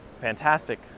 fantastic